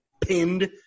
pinned